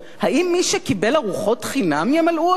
האם מי שקיבלו ארוחות חינם ימלאו אותו?